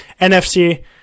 NFC